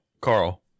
carl